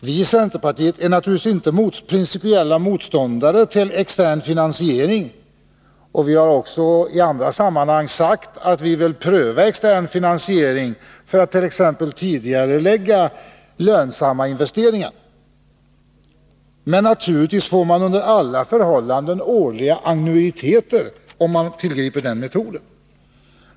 Vi i centerpartiet är naturligtvis inte principiella motståndare till externfinansiering, och vi har också i andra sammanhang sagt att vi vill pröva externfinansiering för att t.ex. tidigarelägga lönsamma investeringar. Men naturligtvis får man under alla förhållanden årliga annuiteter om man tillgriper den metoden.